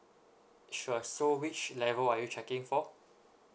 sure so which level are you checking for